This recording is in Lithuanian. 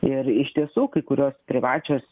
ir iš tiesų kai kurios privačios